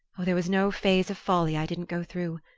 oh, there was no phase of folly i didn't go through.